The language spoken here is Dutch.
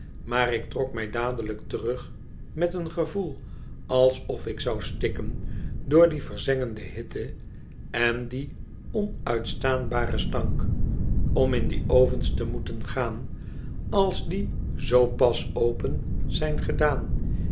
maar ik trok mij dadelijk terug met een gevoel alsof ik zou stikken door dio verzengende hitte en dien onuitstaanbaren stank om in die ovens te moeten gaan als die zoo pas open zijn gedaan